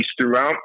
throughout